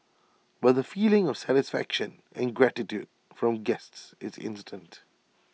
but the feeling of satisfaction and gratitude from guests is instant